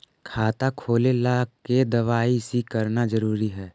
खाता खोले ला के दवाई सी करना जरूरी है?